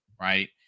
Right